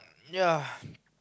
ya